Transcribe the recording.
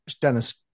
Dennis